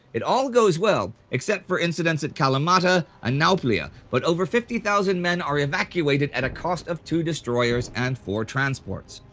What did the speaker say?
it all goes well except for incidents at kalamata and nauplia, but over fifty thousand men are evacuated at a cost of two destroyers and four transports.